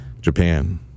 Japan